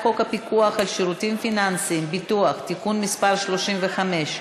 חוק הפיקוח על שירותים פיננסיים (ביטוח) (תיקון מס' 35),